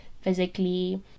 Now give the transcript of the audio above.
physically